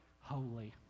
holy